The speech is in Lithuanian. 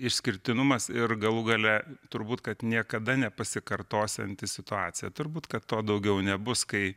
išskirtinumas ir galų gale turbūt kad niekada nepasikartosianti situacija turbūt kad to daugiau nebus kai